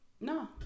No